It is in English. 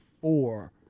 four